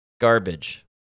garbage